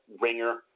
ringer